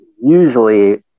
usually